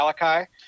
Malachi